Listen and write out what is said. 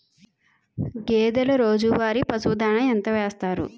గేదెల రోజువారి పశువు దాణాఎంత వేస్తారు?